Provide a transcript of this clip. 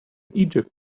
egypt